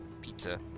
pizza